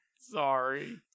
Sorry